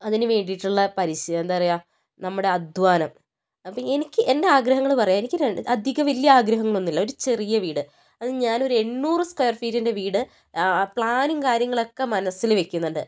അതിന് വേണ്ടിയിട്ടുള്ള പരിശീ എന്താണ് പറയുക നമ്മുടെ അധ്വാനം അപ്പോൾ എനിക്ക് എൻ്റെ ആഗ്രഹങ്ങൾ പറയാം എനിക്ക് രണ്ട് അധികം വലിയ ആഗ്രഹങ്ങളൊന്നുമില്ല ഒരു ചെറിയ വീട് അത് ഞാനൊരു എണ്ണൂറ് സ്ക്വയർ ഫീറ്റിന്റെ വീട് പ്ലാനും കാര്യങ്ങളൊക്കെ മനസ്സിൽ വയ്ക്കുന്നുണ്ട്